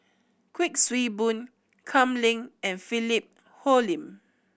Kuik Swee Boon Kam Ning and Philip Hoalim